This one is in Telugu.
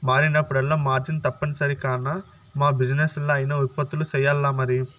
మారినప్పుడల్లా మార్జిన్ తప్పనిసరి కాన, యా బిజినెస్లా అయినా ఉత్పత్తులు సెయ్యాల్లమరి